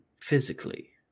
physically